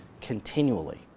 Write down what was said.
continually